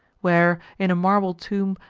where, in a marble tomb,